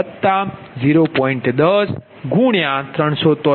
0035 0